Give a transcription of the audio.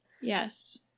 Yes